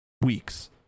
weeks